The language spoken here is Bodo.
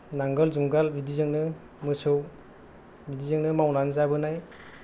नांगाल जुंगाल बिदि जोंनो मोसौ बिदिजोंनो मावनानै जाबोनाय